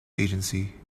agency